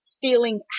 feeling